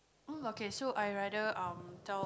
oh okay so I rather um tell